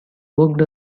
worked